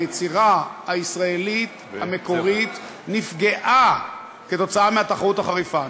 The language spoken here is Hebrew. היצירה הישראלית המקורית נפגעה כתוצאה מהתחרות החריפה.